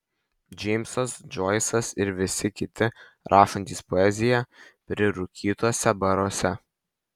džeimsas džoisas ir visi kiti rašantys poeziją prirūkytuose baruose